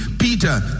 Peter